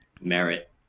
merit